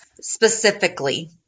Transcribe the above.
specifically